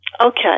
Okay